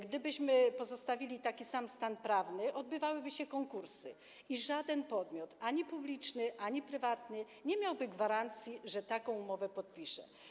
Gdybyśmy pozostawili taki sam stan prawny, odbywałyby się konkursy i żaden podmiot - ani publiczny, ani prywatny - nie miałby gwarancji, że taką umowę podpisze.